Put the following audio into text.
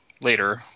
later